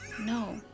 No